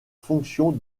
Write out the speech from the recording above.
fonction